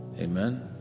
Amen